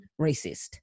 racist